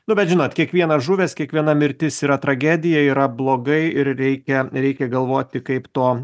nu bet žinot kiekvienas žuvęs kiekviena mirtis yra tragedija yra blogai ir reikia reikia galvoti kaip to